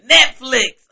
Netflix